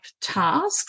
tasks